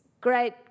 great